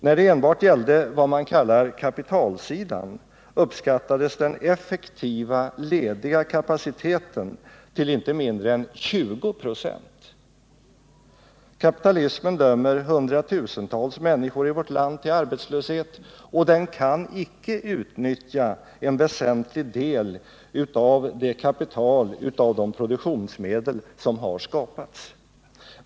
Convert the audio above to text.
När det enbart gällde vad man kallar kapitalsidan uppskattades den effektiva lediga kapaciteten till inte mindre än 20 96. Kapitalismen dömer hundratusentals människor i vårt land till arbetslöshet, och den kan inte utnyttja en väsentlig del av det kapital av produktionsmedel som har skapats.